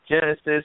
Genesis